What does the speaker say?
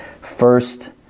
first